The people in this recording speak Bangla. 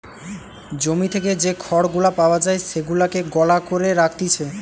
জমি থেকে যে খড় গুলা পাওয়া যায় সেগুলাকে গলা করে রাখতিছে